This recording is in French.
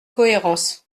cohérence